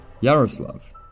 Yaroslav